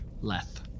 Leth